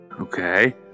Okay